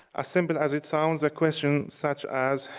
ah simple as it sounds, a question such as,